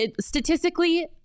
statistically